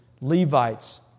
Levites